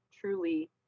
truly